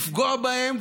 לפגוע בהם,